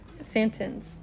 sentence